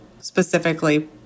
specifically